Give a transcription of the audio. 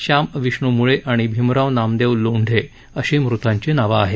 शाम विष्णू मुळे आणि भीमराव नामदेव लोंढे अशी मृतांची नावं आहेत